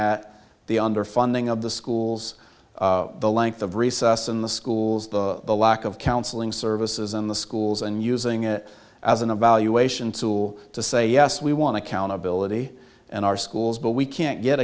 at the underfunding of the schools the length of recess in the schools the lack of counseling services in the schools and using it as an evaluation tool to say yes we want to countability in our schools but we can't get